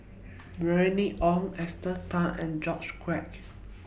Bernice Ong Esther Tan and George Quek